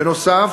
בנוסף,